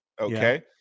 okay